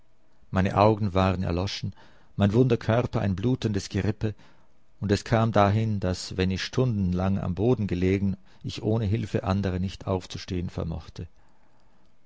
meine augen waren erloschen mein wunder körper ein blutendes gerippe und es kam dahin daß wenn ich stundenlang am boden gelegen ich ohne hilfe anderer nicht aufzustehen vermochte